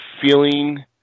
feeling